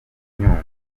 nyungwe